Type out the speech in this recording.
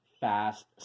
fast